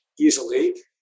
easily